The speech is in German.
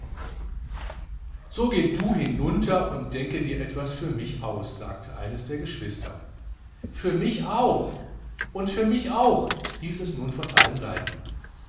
so geh du hinunter und denke dir etwas für mich aus sagte eines der geschwister für mich auch und für mich hieß es nun von allen seiten